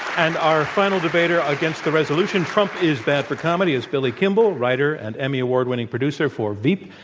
and our final debater against the resolution, trump is bad for comedy, is billy kimball, writer and emmy award-winning producer for veep.